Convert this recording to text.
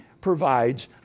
provides